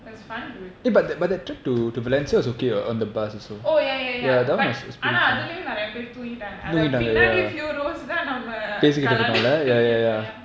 it was fun dude oh ya ya ya but ஆனாஅதுலயும்நெறயபேருதூங்கிட்டாங்கஅந்தபின்னாடி:aana athulayum neraya peru thoonkitaanka antha pinnadi few rows தாகலாட்டாபண்ணிட்டுஇருந்தோம்:thaa kalatta pannitu irundhom ya ya ya